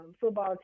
football